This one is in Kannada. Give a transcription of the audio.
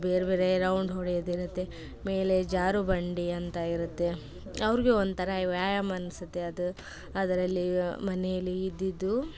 ಬೇರೆ ಬೇರೆ ರೌಂಡ್ ಹೊಡ್ಯೋದು ಇರುತ್ತೆ ಮೇಲೆ ಜಾರುಬಂಡಿ ಅಂತ ಇರುತ್ತೆ ಅವ್ರಿಗೂ ಒಂಥರ ವ್ಯಾಯಾಮ ಅನ್ಸುತ್ತೆ ಅದು ಅದರಲ್ಲಿ ಮನೇಲ್ಲಿ ಇದ್ದು ಇದ್ದು